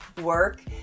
work